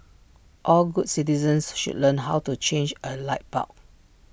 all good citizens should learn how to change A light bulb